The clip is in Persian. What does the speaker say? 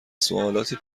سوالاتی